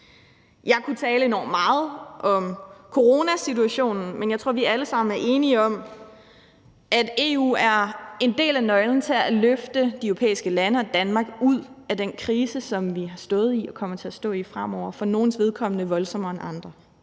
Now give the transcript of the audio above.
Jeg kunne tale enormt meget om coronasituationen, men jeg tror, vi alle sammen er enige om, at EU er en del af nøglen til at løfte de europæiske lande og Danmark ud af den krise, som vi har stået i og kommer til at stå i fremover, for nogles vedkommende voldsommere end andre.